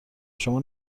شما